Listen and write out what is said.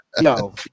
No